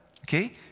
okay